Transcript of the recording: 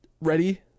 Ready